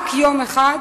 רק יום אחד,